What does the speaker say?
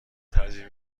ترجیح